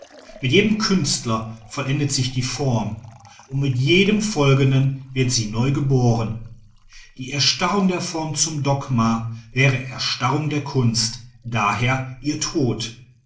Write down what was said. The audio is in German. mit jedem künstler vollendet sich die form und mit jedem folgenden wird sie neu geboren die erstarrung der form zum dogma wäre erstarrung der kunst d h ihr tod